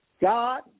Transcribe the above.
God